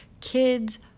kids